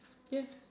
yes